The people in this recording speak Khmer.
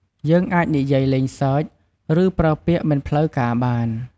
យើងអាចនិយាយលេងសើច ឬប្រើពាក្យមិនផ្លូវការបាន។